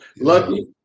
Lucky